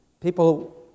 People